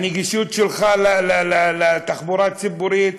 הנגישות שלך לתחבורה הציבורית,